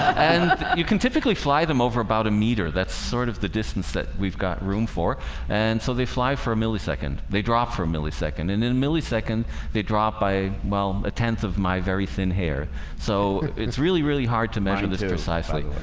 and you can typically fly them over about a meter that's sort of the distance that we've got room for and so they fly for a millisecond they drop for a millisecond and in a millisecond they drop by well a tenth of my very thin hair so it's really really hard to measure the size like